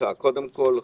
קודם כול,